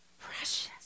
precious